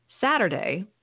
Saturday